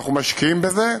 ואנחנו משקיעים בזה,